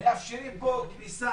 למה פה מאפשרים פה כניסה